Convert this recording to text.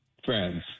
friends